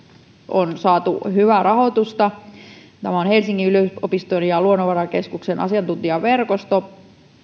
on saatu hyvää rahoitusta tämä on helsingin yliopiston ja luonnonvarakeskuksen asiantuntijaverkosto